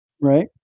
Right